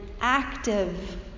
active